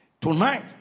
Tonight